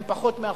הם פחות מ-1%.